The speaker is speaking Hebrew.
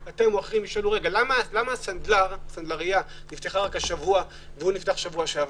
תשאלו: למה הסנדלרייה נפתחה רק השבוע והוא נפתח שבוע שעבר?